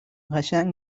قشنگ